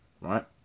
Right